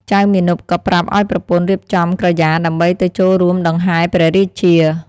ចៅមាណពក៏ប្រាប់ឱ្យប្រពន្ធរៀបចំក្រយាដើម្បីទៅចូលរួមដង្ហែព្រះរាជា។